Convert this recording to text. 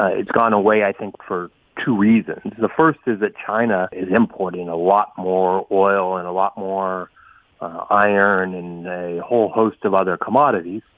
it's gone away, i think, for two reasons. the first is that china is importing a lot more oil and a lot more iron and a whole host of other commodities.